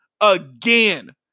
again